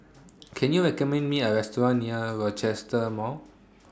Can YOU recommend Me A Restaurant near Rochester Mall